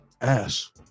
Ass